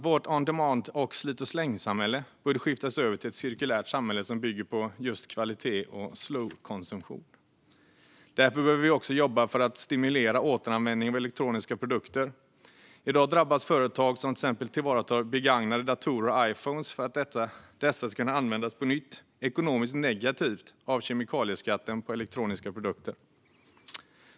Vårt on demand och slit och släng-samhälle borde skiftas över till ett cirkulärt samhälle som bygger på just kvalitet och slow-konsumtion. Därför behöver vi också jobba för att stimulera återanvändningen av elektroniska produkter. I dag drabbas företag som till exempel tillvaratar begagnade datorer och Iphones för att dessa ska kunna användas på nytt ekonomiskt negativt av kemikalieskatten på elektroniska produkter.